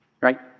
right